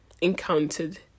encountered